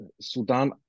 Sudan